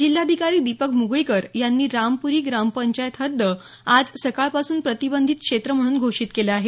जिल्हाधिकारी दीपक म्गळीकर यांनी रामपुरी ग्रामपंचायत हद्द आज सकाळपासून प्रतिबंधित श्रेत्र म्हणून घोषित केलं आहे